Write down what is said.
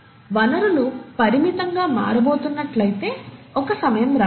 వనరులు పరిమితంగా మారబోతున్నట్లయితే ఒక సమయం రావొచ్చు